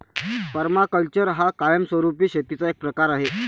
permaculture हा कायमस्वरूपी शेतीचा एक प्रकार आहे